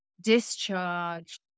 discharge